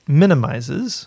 minimizes